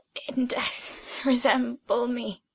in death resemble me,